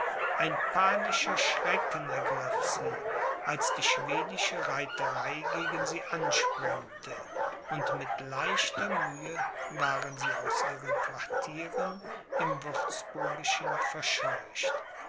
ein panischer schrecken ergriff sie als die schwedische reiterei gegen sie ansprengte und mit leichter mühe waren sie aus ihren quartieren im würzburgischen verscheucht